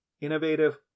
innovative